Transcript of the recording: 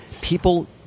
people